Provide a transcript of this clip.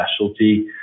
specialty